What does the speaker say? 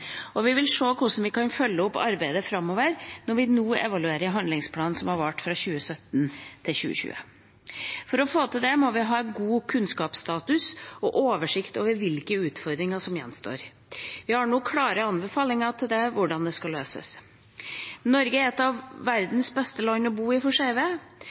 feltet. Vi vil se hvordan vi kan følge opp arbeidet framover, når vi nå evaluerer handlingsplanen som har vart fra 2017 til 2020. For å få til det må vi ha god kunnskapsstatus og oversikt over hvilke utfordringer som gjenstår. Vi må ha noen klare anbefalinger om hvordan det skal løses. Norge er et av verdens beste land å bo i